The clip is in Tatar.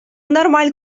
нормаль